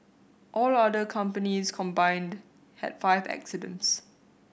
all other companies combined had five accidents